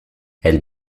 elle